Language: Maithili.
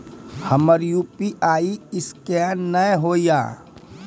हमर यु.पी.आई ईसकेन नेय हो या?